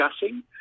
discussing